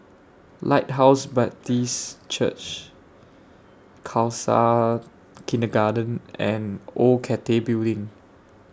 Lighthouse Baptist Church Khalsa Kindergarten and Old Cathay Building